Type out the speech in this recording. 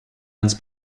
ends